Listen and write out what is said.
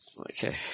Okay